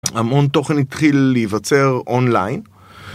המון תוכן התחיל להיווצר אונליין